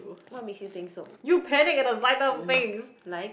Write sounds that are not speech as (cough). what makes you think so (breath) like